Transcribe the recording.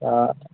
हा